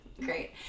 great